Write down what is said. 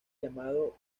llamado